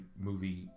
movie